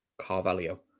Carvalho